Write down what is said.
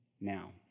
now